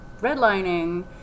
redlining